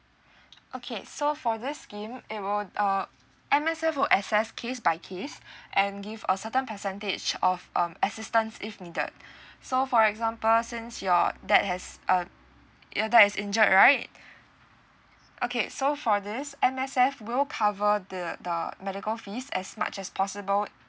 okay so for this scheme it will uh M_S_F will assess case by case and give a certain percentage of um assistance if needed so for example since your dad has uh you dad is injured right okay so for this M_S_F will cover the the medical fees as much as possible